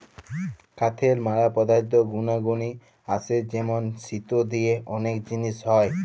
কাঠের ম্যালা পদার্থ গুনাগলি আসে যেমন সিটো দিয়ে ওলেক জিলিস হ্যয়